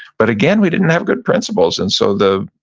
but again, we didn't have good principles and so the,